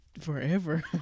forever